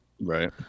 Right